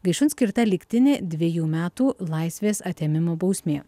gaišun skirta lygtinė dvejų metų laisvės atėmimo bausmė